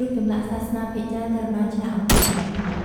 រូបចម្លាក់សាសនាភាគច្រើនត្រូវបានឆ្លាក់អំពីថ្មភក់។